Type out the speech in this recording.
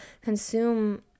consume